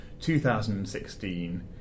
2016